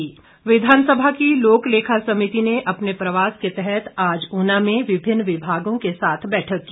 आशा कुमारी विधानसभा की लोकलेखा समिति ने अपने प्रवास के तहत आज ऊना में विभिन्न विभागों के साथ बैठक की